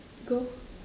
go